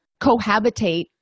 cohabitate